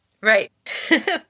Right